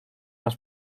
las